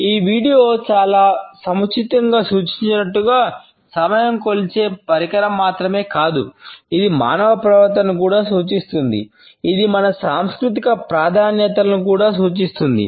ఈ వీడియో చాలా సముచితంగా సూచించినట్లుగా సమయం కొలిచే పరికరం మాత్రమే కాదు ఇది మానవ ప్రవర్తనను కూడా సూచిస్తుంది ఇది మన సాంస్కృతిక ప్రాధాన్యతలను కూడా సూచిస్తుంది